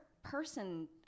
Person